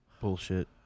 bullshit